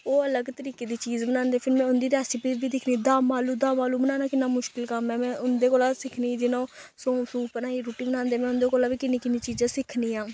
ओह् अलग तरीके दी चीज बनांदे फिर में उं'दी रैसपी बी दिक्खनी दम आलू दम आलू बनाना किन्ना मुश्कल कम्म ऐ में उं'दे कोला सिक्खनी जि'यां ओह् सौंफ सूंफ कन्नै इ'यां रुट्टी बनांदे में उं'दे कोला बी कि'न्नी कि'न्नी चीजां सिक्खनी आं